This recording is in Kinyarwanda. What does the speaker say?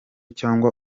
cyangwa